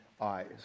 eyes